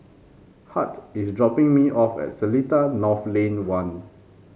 Hart is dropping me off at Seletar North Lane One